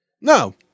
No